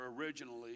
originally